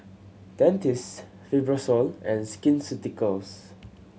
Dentiste Fibrosol and Skin Ceuticals